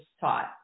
taught